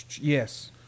Yes